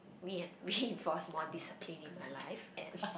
rein~ reinforce more discipline in my life and